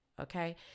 okay